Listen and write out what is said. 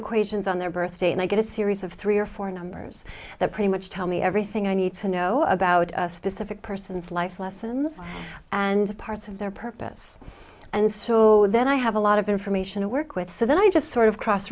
equations on their birthday and i get a series of three or four numbers that pretty much tell me everything i need to know about a specific person's life lessons and parts of their purpose and so then i have a lot of information to work with so then i just sort of cross